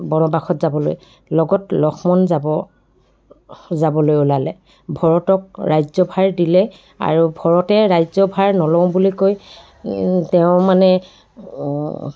বনবাসত যাবলৈ লগত লক্ষ্মণ যাব যাবলৈ ওলালে ভৰতক ৰাজ্যভাৰ দিলে আৰু ভৰতে ৰাজ্যভাৰ নলওঁ বুলি কৈ তেওঁ মানে